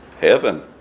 Heaven